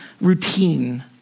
Routine